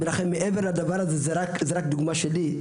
זה רק דוגמה שלי.